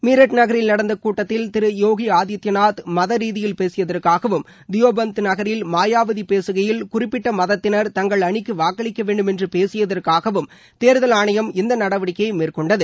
மீரட் நகரில் நடந்த கூட்டத்தில் திரு யோகி ஆதித்யநாத் மத ரீதியில் பேசியதற்காகவும் தியோ பந்த் நகரில் மாயாவதி பேசுகையில் குறிப்பிட்ட மதத்தினர் தங்கள் அணிக்கு வாக்களிக்க வேண்டும் என்று பேசியதற்காகவும் தேர்தல் ஆணையம் இந்த நடவடிக்கையை மேற்கொண்டது